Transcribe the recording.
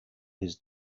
his